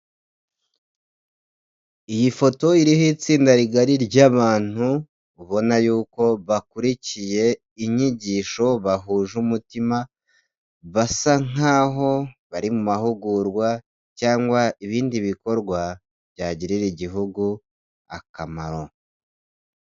Iyi foto iriho itsinda rigari ry'abantu ubona y'uko bakurikiye inyigisho bahuje umutima basa nk'aho bari mu mahugurwa cyangwa ibindi bikorwa byagirira igihugu akamaro.